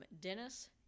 dennis